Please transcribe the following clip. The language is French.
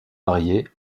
mariée